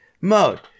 mode